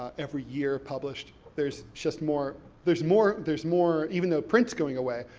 every year, published, there's just more. there's more, there's more, even though print's going away,